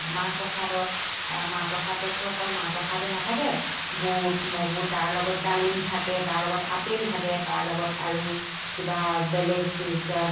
মাহ প্ৰসাদত মাহ প্ৰসাদতটো অকল মাহ প্ৰসাদেই নাথাকে বুট মগু তাৰ লগত ডালিম থাকে তাৰ লগত আপেল থাকে তাৰ লগত আৰু কিবা বেলেগত